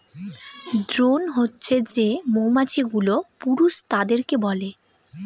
drone হছে যে মৌমাছি গুলো পুরুষ তাদেরকে বলে